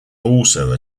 also